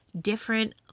different